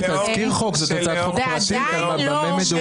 זה עדיין לא אומר